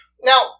Now